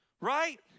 right